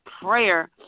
prayer